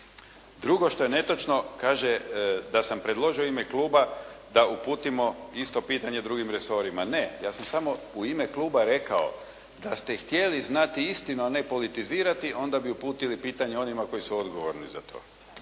Drugo što je netočno, kaže da sam predložio u ime kluba da uputimo isto pitanje drugim resorima. Ne, ja sam samo u ime kluba rekao, da ste htjeli znati istinu a ne politizirati onda bi uputili pitanje onima koji su odgovorni za to.